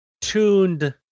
tuned